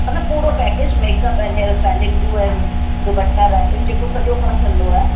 हा न पूरो package make up and hair styling do and दुपटा रैपिंग जेको सॼो कमु थींदो आहे